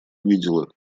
видела